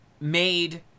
made